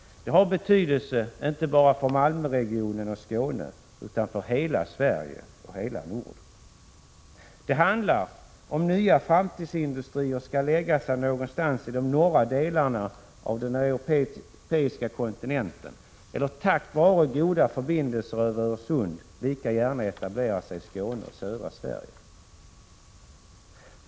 Den har betydelse inte bara för Malmöregionen och Skåne, utan för hela Sverige och hela Norden. Det handlar om huruvida nya framtidsindustrier skall läggas någonstans i de norra delarna av den europeiska kontinenten, eller om de tack vare goda förbindelser över Öresund lika gärna kan etableras i Skåne och den övriga delen av södra Sverige.